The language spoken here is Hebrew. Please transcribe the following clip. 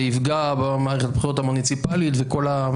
יפגע במערכת הבחירות המוניציפלית וכל מה